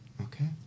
Okay